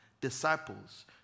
disciples